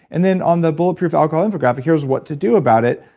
and then on the bulletproof alcohol infographic, here's what to do about it,